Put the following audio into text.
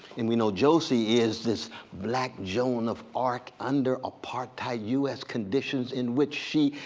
and we know josie is this black joan of arc under apartheid us conditions in which she,